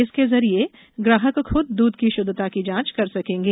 इसके जरिए ग्राहक खुद दूध की शुद्धता की जांच कर सकेंगे